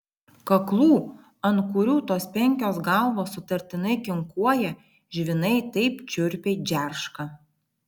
kaklų ant kurių tos penkios galvos sutartinai kinkuoja žvynai taip šiurpiai džerška